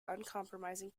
uncompromising